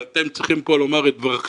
אבל אתם פה צריכים לומר את דברכם,